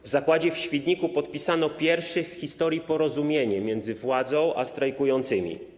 W zakładzie w Świdniku podpisano pierwsze w historii porozumienie między władzą a strajkującymi.